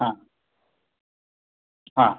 हां हां